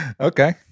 okay